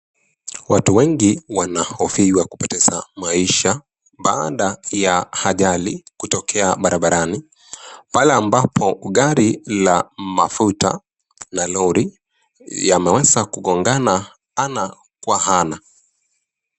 Watu wengi wanahofiwa kupoteza maisha baada ya hajali kutokia barabarani. Pale ambapo gari la mafuta na lori yameweza kugongana ana kwa ana.